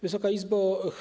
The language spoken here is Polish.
Wysoka Izbo!